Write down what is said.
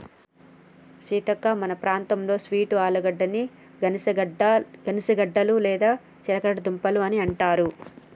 సీతక్క మన ప్రాంతంలో స్వీట్ ఆలుగడ్డని గనిసగడ్డలు లేదా చిలగడ దుంపలు అని అంటారు